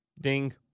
Ding